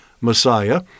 Messiah